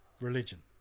religion